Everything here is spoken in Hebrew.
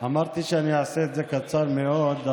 אמרתי שאני אעשה את זה קצר מאוד.